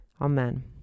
Amen